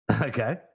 Okay